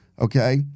Okay